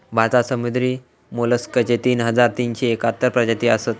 भारतात समुद्री मोलस्कचे तीन हजार तीनशे एकाहत्तर प्रजाती असत